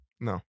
No